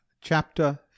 chapter